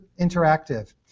Interactive